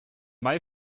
may